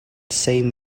same